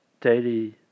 daily